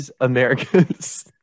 Americans